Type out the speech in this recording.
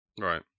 Right